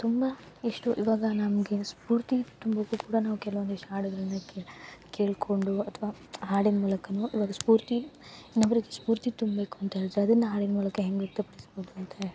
ತುಂಬ ಇಷ್ಟು ಇವಾಗ ನಮಗೆ ಸ್ಫೂರ್ತಿ ತುಂಬುದು ಕೂಡ ನಾವು ಕೆಲ್ವೊಂದಿಷ್ಟು ಹಾಡ್ಗಳನ್ನ ಕೇಳ್ ಕೇಳ್ಕೊಂಡು ಅಥ್ವ ಹಾಡಿನ ಮೂಲಕನೊ ಇವಾಗ ಸ್ಫೂರ್ತಿ ಇನ್ನೊಬ್ಬರಿಗೆ ಸ್ಫೂರ್ತಿ ತುಂಬ್ಬೇಕು ಅಂತ ಹೇಳಿದರೆ ಅದನ್ನ ಹಾಡಿನ ಮೂಲಕ ಹೆಂಗೆ ವ್ಯಕ್ತಪಡಿಸ್ಬೋದು ಅಂತ ಹೇಳಿದ್ರೆ